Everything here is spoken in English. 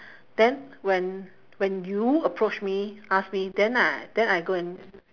then when when you approached me ask me then I then I go and